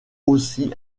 aussi